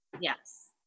Yes